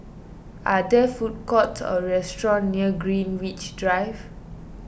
are there food courts or restaurants near Greenwich Drive